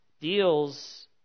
deals